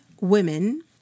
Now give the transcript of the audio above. women